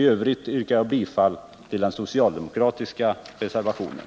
I övrigt yrkar jag bifall till den socialdemokratiska reservationen.